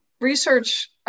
research